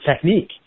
technique